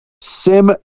Sim